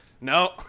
No